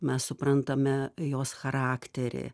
mes suprantame jos charakterį